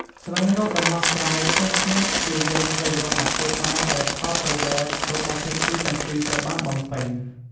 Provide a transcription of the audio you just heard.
ស្វែងរកដំណោះស្រាយឈ្នះ-ឈ្នះ ព្យាយាមស្វែងរកមធ្យោបាយដែលផលប្រយោជន៍របស់ភាគីទាំងពីរត្រូវបានបំពេញ។